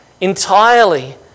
entirely